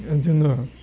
जोङो